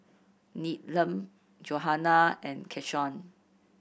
Needham Johanna and Keshawn